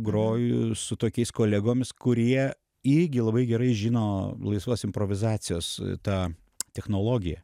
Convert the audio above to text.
groju su tokiais kolegomis kurie irgi labai gerai žino laisvos improvizacijos tą technologiją